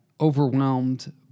overwhelmed